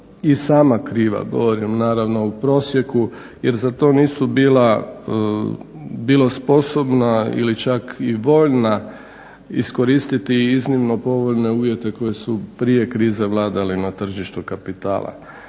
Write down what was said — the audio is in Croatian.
i sama kriva. Govorim naravno o prosjeku, jer za to nisu bila sposobna ili čak i voljna iskoristiti iznimno povoljne uvjete koji su prije krize vladali na tržištu kapitala.